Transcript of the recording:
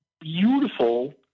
beautiful